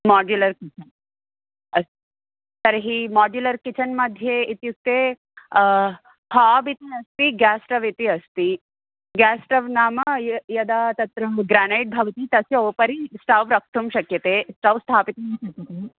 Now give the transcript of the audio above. modular kitchen अस्तु तर्हि modular kitchen मध्ये इत्युक्ते हाबितनस्ति गेस्टव् इति अस्ति गेस्टव् नाम य यदा तत्र ग्रानैट् भवति तस्य उपरि स्टव् रक्तुं शक्यते स्टव् स्थापितुं शक्यते